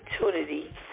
opportunity